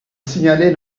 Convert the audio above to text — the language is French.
signaler